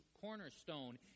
cornerstone